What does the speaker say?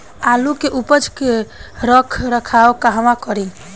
आलू के उपज के रख रखाव कहवा करी?